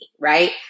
Right